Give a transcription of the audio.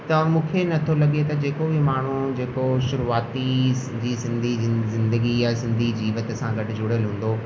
त मूंखे नथो लॻे त जेको बि माण्हू जेको शुरूवाती जी सिंधी जिं ज़िंदगी या सिंधी जीवत सां गॾु जुड़ियल हूंदो